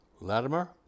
Latimer